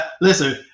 listen